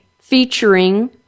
featuring